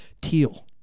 teal